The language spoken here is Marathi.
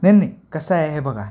नाही नाही कसं आहे हे बघा